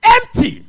Empty